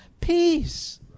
peace